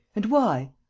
and why?